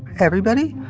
everybody?